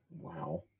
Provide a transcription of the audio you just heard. Wow